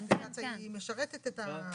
האפליקציה משרתת את החקיקה.